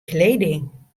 kleding